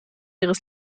ihres